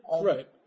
Right